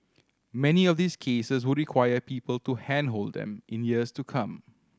many of these cases would require people to handhold them in years to come